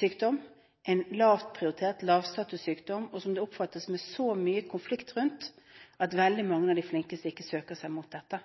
sykdom, en lavstatussykdom, som omfattes med så mye konflikt at veldig mange av de flinkeste legene ikke søker seg til dette.